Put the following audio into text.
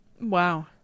Wow